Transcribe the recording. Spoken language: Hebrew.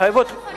כמה כפרים יש לנו?